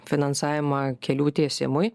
finansavimą kelių tiesimui